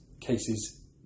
cases